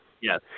Yes